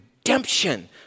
Redemption